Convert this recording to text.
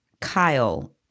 Kyle